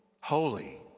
holy